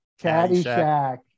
Caddyshack